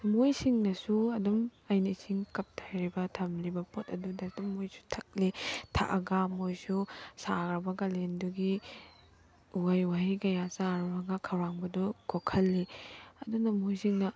ꯃꯣꯏꯁꯤꯡꯅꯁꯨ ꯑꯗꯨꯝ ꯑꯩꯅ ꯏꯁꯤꯡ ꯀꯞꯇ ꯍꯩꯔꯒ ꯊꯝꯂꯤꯕ ꯄꯣꯠ ꯑꯗꯨꯗ ꯑꯗꯨꯝ ꯃꯣꯏꯁꯨ ꯊꯛꯂꯤ ꯊꯛꯑꯒ ꯃꯣꯏꯁꯨ ꯁꯥꯒ꯭ꯔꯕ ꯀꯥꯂꯦꯟꯗꯨꯒꯤ ꯎꯍꯩ ꯋꯥꯍꯩ ꯀꯌꯥ ꯆꯥꯔꯨꯔꯒ ꯈꯧꯔꯥꯡꯕꯗꯨ ꯀꯣꯛꯍꯜꯂꯤ ꯑꯗꯨꯅ ꯃꯣꯏꯁꯤꯡꯅ